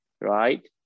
Right